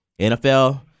NFL